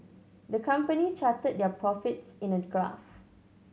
the company charted their profits in a graph